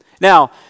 Now